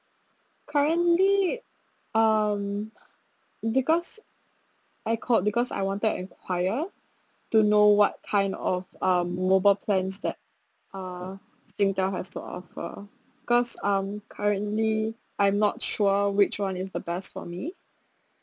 currently um because I called because I wanted enquire to know what kind of um mobile plans that uh singtel has to offer because um currently I'm not sure which [one] is the best for me